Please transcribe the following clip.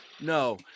No